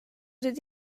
dad